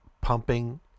Pumping